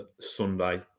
Sunday